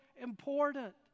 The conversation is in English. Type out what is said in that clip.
important